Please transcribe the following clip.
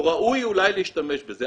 או ראוי אולי להשתמש בזה.